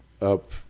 up